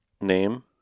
name